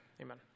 Amen